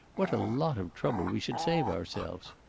what a lot of trouble we should save ourselves!